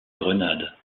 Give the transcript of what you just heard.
grenade